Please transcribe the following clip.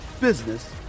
business